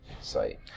site